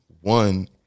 one